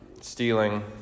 stealing